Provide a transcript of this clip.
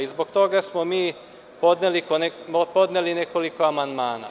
Zbog toga smo mi podneli nekoliko amandmana.